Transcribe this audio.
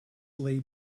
lay